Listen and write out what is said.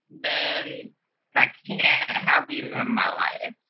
then i can't have you in my life,